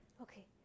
Okay